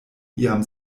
iam